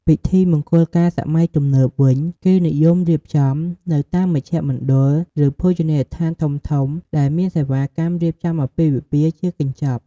ពិធីមង្គលការសម័យទំនើបវិញ គេនិយមរៀបចំនៅតាមមជ្ឈមណ្ឌល ឬភោជនីយដ្ឋានធំៗ ដែលមានសេវាកម្មរៀបចំអាពាហ៍ពិពាហ៍ជាកញ្ចប់។